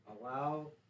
allow